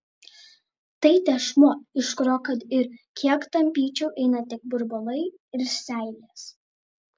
tai tešmuo iš kurio kad ir kiek tampyčiau eina tik burbulai ir seilės